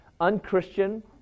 Unchristian